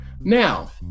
Now